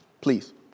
please